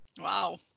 Wow